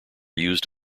used